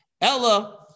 Ella